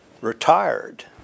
retired